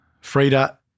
Frida